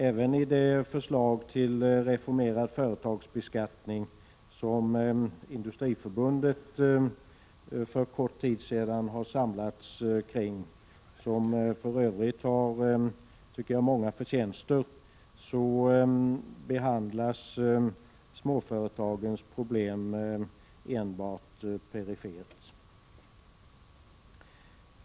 Även i det förslag till reformerad företagsbeskattning som Industriförbundet för kort tid sedan samlades kring — som jag för övrigt tycker har många förtjänster — behandlas småföretagens problem enbart perifert.